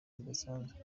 zidasanzwe